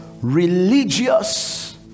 religious